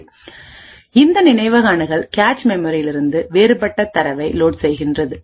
சரி இந்த நினைவக அணுகல் கேச் மெமரியில் இருந்து வேறுபட்ட தரவை லோட் செய்கிறது